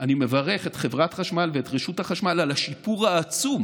אני מברך את חברת החשמל ואת רשות החשמל על השיפור העצום